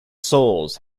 souls